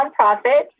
nonprofit